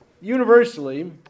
universally